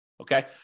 Okay